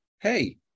hey